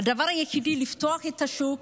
הדבר היחידי הוא לפתוח את השוק,